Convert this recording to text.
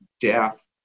Death